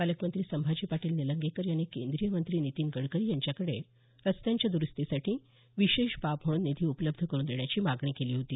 पालकमंत्री संभाजी पाटील निलंगेकर यांनी केंद्रीय मंत्री नितीन गडकरी यांच्याकडे रस्त्यांच्या दुरूस्तीसाठी विशेष बाब म्हणून निधी उपलब्ध करून देण्याची मागणी केली होती